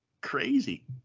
crazy